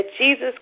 Jesus